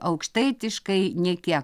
aukštaitiškai nė kiek